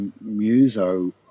muso